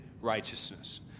righteousness